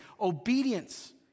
Obedience